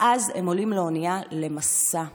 ואז, הם עולים לאונייה למסע נוראי,